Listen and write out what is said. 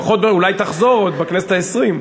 לפחות, אולי תחזור עוד בכנסת העשרים.